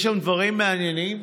יש שם דברים מעניינים,